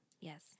yes